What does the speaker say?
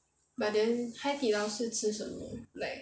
but then 海底捞是吃什么 like